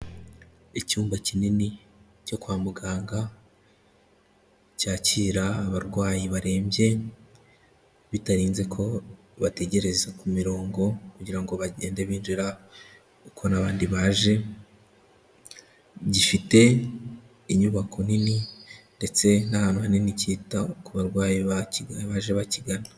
Icyumba kinini cyo kwa muganga cyakira abarwayi barembye bitarinze ko bategereza ku mirongo kugira ngo bagende binjira kuko n'abandi baje, gifite inyubako nini ndetse n'ahantu hanini kita ku barwayi baje bakigana.